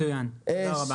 מצוין, תודה רבה.